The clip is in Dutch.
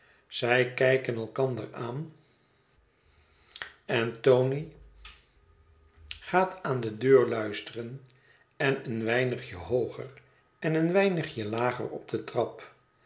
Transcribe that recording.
zij kijken elkander aan en tony gaat aan de deur luisteren en een weinigje hooger en een weinigje lager op de trap